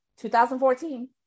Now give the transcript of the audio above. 2014